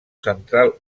central